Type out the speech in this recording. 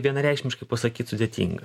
vienareikšmiškai pasakyt sudėtinga